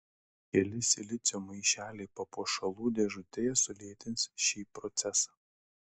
keli silicio maišeliai papuošalų dėžutėje sulėtins šį procesą